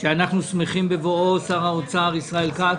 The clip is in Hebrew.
שאנחנו שמחים בבואו, שר האוצר ישראל כץ,